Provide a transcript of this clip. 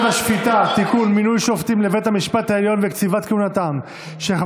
אני סומך עלייך שאת עושה עבודה טובה, אני שמחה.